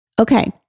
Okay